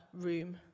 room